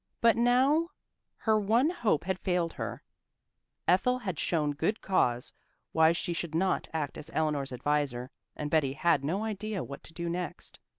but now her one hope had failed her ethel had shown good cause why she should not act as eleanor's adviser and betty had no idea what to do next.